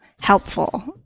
helpful